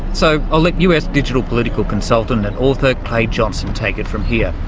so i'll let us digital political consultant and author clay johnson take it from here.